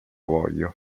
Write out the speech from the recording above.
voglio